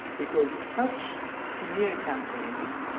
because such smear campaigns,